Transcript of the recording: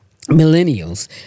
millennials